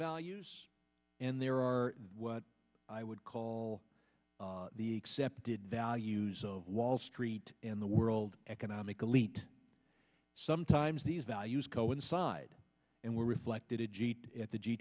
values and there are what i would call the accepted values of wall street and the world economic elite sometimes these values coincide and were reflected ajeet at the g